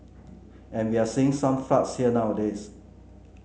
and we are seeing some floods here nowadays